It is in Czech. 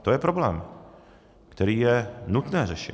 To je problém, který je nutné řešit.